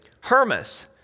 Hermas